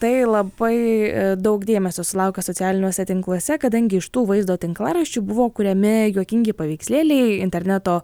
tai labai daug dėmesio sulaukė socialiniuose tinkluose kadangi iš tų vaizdo tinklaraščių buvo kuriami juokingi paveikslėliai interneto